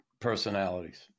Personalities